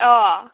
अ'